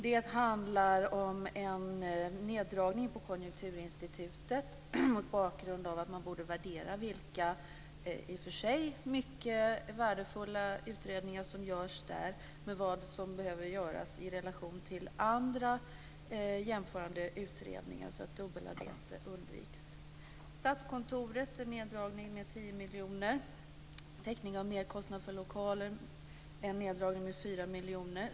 Det handlar om en neddragning på Konjunkturinstitutet mot bakgrund av att man borde värdera vilka, i och för sig mycket värdefulla, utredningar som görs där och vilka som behöver göras och sätta dem i relation till andra jämförande utredningar, så att dubbelarbete undviks. Statskontoret får en neddragning med 10 miljoner. För täckning av merkostnad för lokaler blir det en neddragning med 4 miljoner.